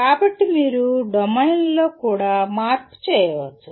కాబట్టి మీరు డొమైన్లలో కూడా మార్పు చేయవచ్చు